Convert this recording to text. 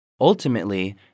Ultimately